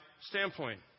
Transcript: standpoint